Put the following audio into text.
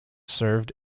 served